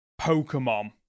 Pokemon